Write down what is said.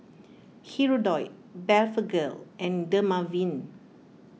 Hirudoid Blephagel and Dermaveen